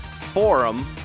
Forum